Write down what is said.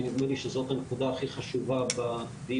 כי נדמה לי שזאת הנקודה הכי חשובה בדיון.